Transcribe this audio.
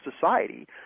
society